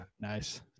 Nice